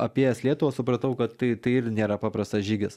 apėjęs lietuvą supratau kad tai tai ir nėra paprastas žygis